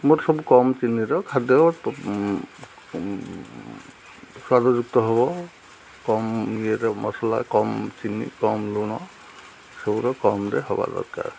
ମୋର ସବୁ କମ୍ ଚିନିର ଖାଦ୍ୟ ସ୍ୱାଦଯୁକ୍ତ ହବ କମ୍ ଇଏର ମସଲା କମ ଚିନି କମ୍ ଲୁଣ ସବୁର କମ୍ରେ ହେବା ଦରକାର